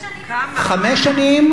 חמש שנים,